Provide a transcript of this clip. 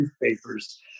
newspapers